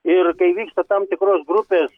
ir kai vyksta tam tikros grupės